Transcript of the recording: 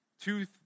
two